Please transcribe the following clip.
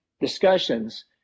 discussions